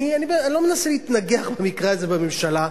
אני לא מנסה להתנגח במקרה הזה בממשלה,